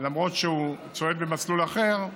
למרות שהוא צועד במסלול אחר,